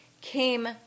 came